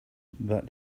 but